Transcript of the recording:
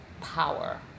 power